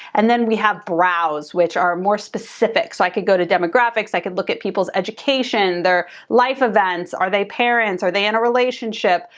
and then we have browse, which are more specific. so i could go to demographics, i could look at people's education, their life events. are they parents? are they in a relationship?